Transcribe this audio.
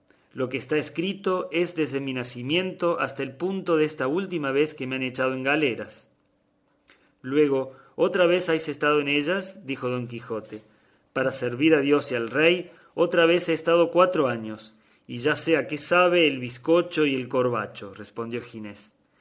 lo que está escrito es desde mi nacimiento hasta el punto que esta última vez me han echado en galeras luego otra vez habéis estado en ellas dijo don quijote para servir a dios y al rey otra vez he estado cuatro años y ya sé a qué sabe el bizcocho y el corbacho respondió ginés